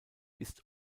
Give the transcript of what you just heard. ist